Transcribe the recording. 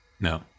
No